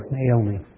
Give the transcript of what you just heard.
Naomi